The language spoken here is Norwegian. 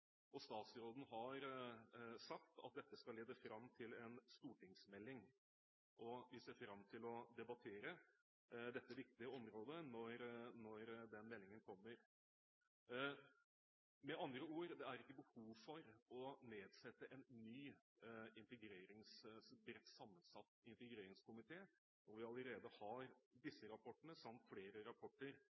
og statsråden har sagt at dette skal lede fram til en stortingsmelding. Vi ser fram til å debattere dette viktige området når den meldingen kommer. Med andre ord, det er ikke behov for å nedsette en ny bredt sammensatt integreringskomité når vi allerede har disse rapportene samt flere rapporter,